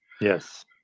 Yes